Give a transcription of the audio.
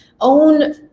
own